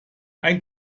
ein